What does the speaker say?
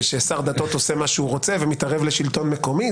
וששר דתות עושה מה שהוא רוצה ומתערב לשלטון מקומי?